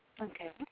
Okay